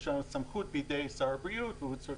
שהסמכות היא בידי שר הבריאות והוא צריך